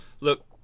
Look